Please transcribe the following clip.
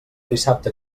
dissabte